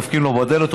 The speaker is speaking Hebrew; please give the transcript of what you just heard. דופקים לו בדלת,